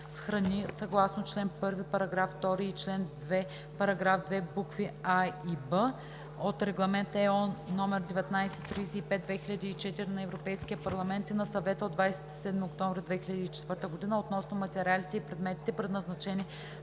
съгласно чл. 1, параграф 2 и чл. 2, параграф 2, букви „а“ и „б“ от Регламент (ЕО) № 1935/2004 на Европейския парламент и на Съвета от 27 октомври 2004 г. относно материалите и предметите, предназначени